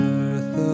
earth